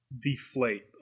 deflate